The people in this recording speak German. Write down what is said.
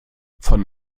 von